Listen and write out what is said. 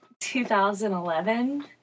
2011